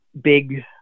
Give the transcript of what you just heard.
big